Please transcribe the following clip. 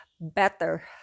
better